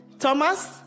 Thomas